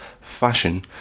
fashion